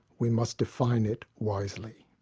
we must define it wisely.